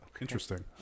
Interesting